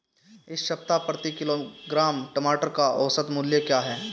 इस सप्ताह प्रति किलोग्राम टमाटर का औसत मूल्य क्या है?